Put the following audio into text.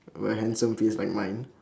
very handsome face like mine